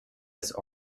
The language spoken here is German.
des